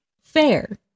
Fair